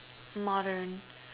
modern